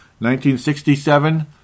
1967